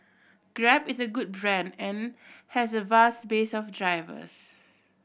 grab is a good brand and has a vast base of drivers